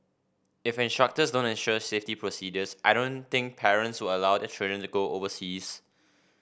if instructors don't ensure safety procedures I don't think parents will allow their children to go overseas